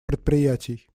предприятий